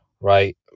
right